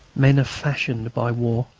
men are fashioned by war.